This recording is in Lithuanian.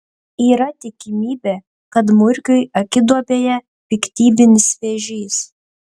yra tikimybė kad murkiui akiduobėje piktybinis vėžys